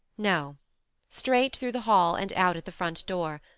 no straight through the hall, and out at the front door,